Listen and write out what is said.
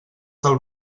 del